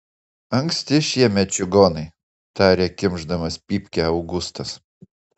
anksti šiemet čigonai tarė kimšdamas pypkę augustas